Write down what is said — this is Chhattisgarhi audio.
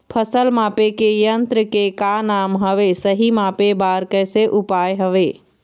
फसल मापे के यन्त्र के का नाम हवे, सही मापे बार कैसे उपाय हवे?